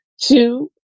Two